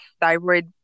thyroid